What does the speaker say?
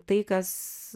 tai kas